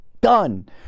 done